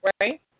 right